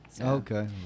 Okay